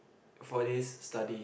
for this study